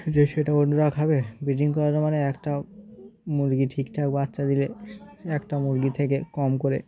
যে সেটা অন্যরা খাবে ব্রিডিং করার মানে একটা মুরগি ঠিকঠাক বাচ্চা দিলে একটা মুরগি থেকে কম করে